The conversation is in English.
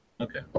Okay